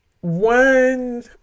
One